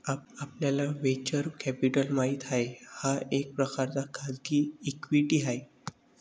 आपल्याला venture capital माहित आहे, हा एक प्रकारचा खाजगी इक्विटी आहे